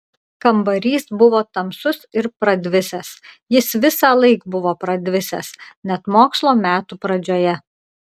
kambarys buvo tamsus ir pradvisęs jis visąlaik buvo pradvisęs net mokslo metų pradžioje